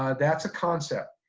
um that's a concept.